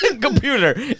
Computer